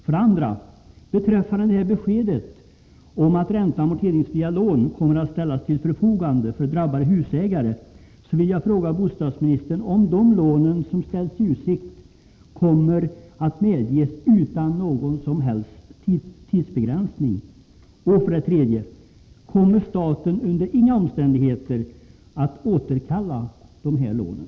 För det andra: När det gäller beskedet om att ränteoch amorteringsfria lån kommer att ställas till de drabbade husägarnas förfogande vill jag fråga bostadsministern om de lån som ställts i utsikt kommer att medges utan någon som helst tidsbegränsning. För det tredje: Kommer staten under inga omständigheter att återkalla dessa lån?